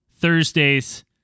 Thursdays